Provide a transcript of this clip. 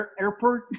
airport